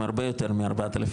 הרבה יותר מ-4,500,